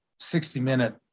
60-minute